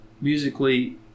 musically